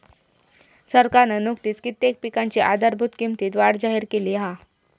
सरकारना नुकतीच कित्येक पिकांच्या आधारभूत किंमतीत वाढ जाहिर केली हा